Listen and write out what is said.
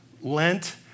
Lent